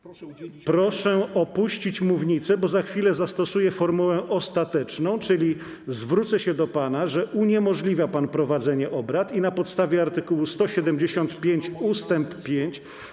Proszę opuścić mównicę, bo za chwilę zastosuję formułę ostateczną, czyli zwrócę się do pana, że uniemożliwia pan prowadzenie obrad i na podstawie art. 175 ust. 5.